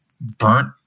burnt